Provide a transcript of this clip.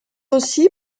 aussi